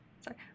sorry